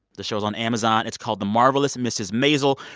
the show is on amazon. it's called the marvelous mrs. maisel.